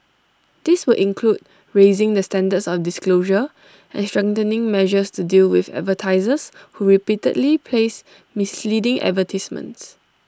this would include raising the standards of disclosure and strengthening measures to deal with advertisers who repeatedly place misleading advertisements